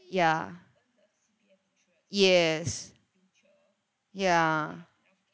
ya yes ya